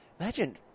Imagine